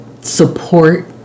support